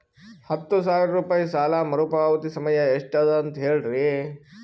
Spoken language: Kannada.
ಹತ್ತು ಸಾವಿರ ರೂಪಾಯಿ ಸಾಲ ಮರುಪಾವತಿ ಸಮಯ ಎಷ್ಟ ಅದ ಅಂತ ಹೇಳರಿ?